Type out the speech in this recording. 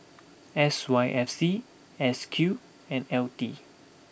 S Y F C S Q and L T